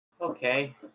Okay